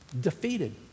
defeated